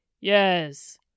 Yes